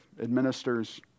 administers